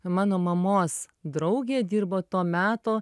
mano mamos draugė dirbo to meto